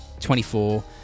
24